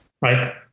right